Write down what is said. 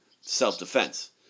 self-defense